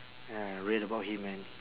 ya read about him man